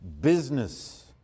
business